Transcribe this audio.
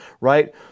right